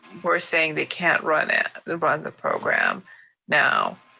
we're saying they can't run the run the program now,